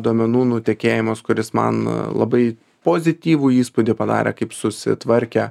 duomenų nutekėjimas kuris man labai pozityvų įspūdį padarė kaip susitvarkė